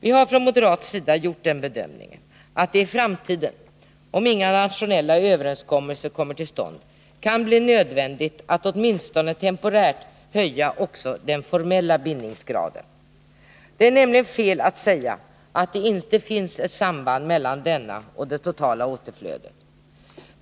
Vi har från moderat sida gjort den bedömningen att det i framtiden — om inga internationella överenskommelser kommer till stånd — kan bli nödvändigt att åtminstone temporärt höja också den formella bindningsgraden. Det är nämligen fel att säga att det inte finns ett samband mellan denna och det totala återflödet.